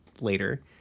later